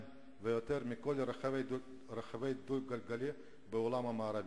ויותר מכל רוכב דו-גלגלי בעולם המערבי?